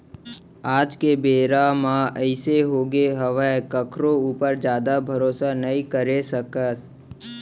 आज के बेरा म अइसे होगे हावय कखरो ऊपर जादा भरोसा नइ करे सकस